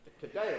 Today